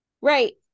Right